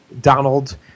Donald